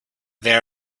there